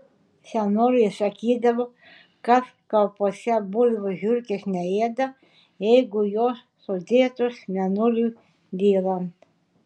senoliai sakydavo kad kaupuose bulvių žiurkės neėda jeigu jos sudėtos mėnuliui dylant